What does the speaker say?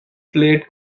played